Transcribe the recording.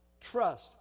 trust